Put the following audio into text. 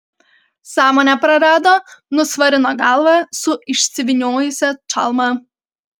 sąmonę prarado nusvarino galvą su išsivyniojusia čalma